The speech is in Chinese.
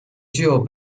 具有